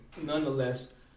nonetheless